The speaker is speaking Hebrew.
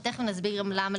ותכף נסביר גם למה,